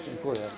Dziękuję.